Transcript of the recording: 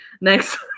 next